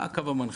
מה הקו המנחה?